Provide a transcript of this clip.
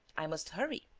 i must hurry!